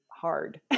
hard